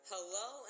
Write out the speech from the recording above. Hello